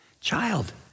child